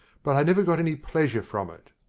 but i never got any pleasure from it.